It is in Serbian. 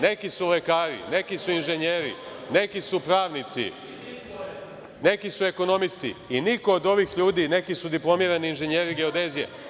Neki su lekari, neki su inženjeri, neki su pravnici, neki su ekonomisti, neki su diplomirani inženjeri geodezije.